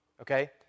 Okay